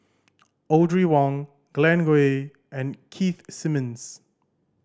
Audrey Wong Glen Goei and Keith Simmons